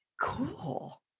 Cool